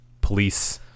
police